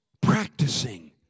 practicing